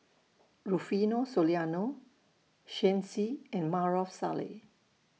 Rufino Soliano Shen Xi and Maarof Salleh